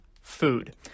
food